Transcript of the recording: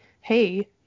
Hey